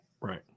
Right